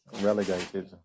relegated